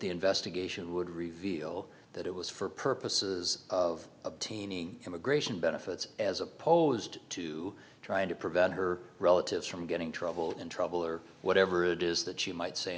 the investigation would reveal that it was for purposes of obtaining immigration benefits as opposed to trying to prevent her relatives from getting trouble in trouble or whatever it is that she might say